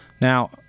Now